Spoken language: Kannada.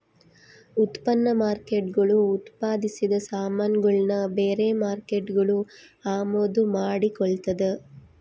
ಉತ್ಪನ್ನ ಮಾರ್ಕೇಟ್ಗುಳು ಉತ್ಪಾದಿಸಿದ ಸಾಮಾನುಗುಳ್ನ ಬೇರೆ ಮಾರ್ಕೇಟ್ಗುಳು ಅಮಾದು ಮಾಡಿಕೊಳ್ತದ